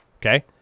okay